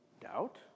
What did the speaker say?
doubt